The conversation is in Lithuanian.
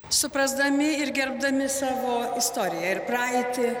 suprasdami ir gerbdami savo istoriją ir praeitį